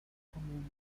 común